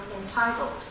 entitled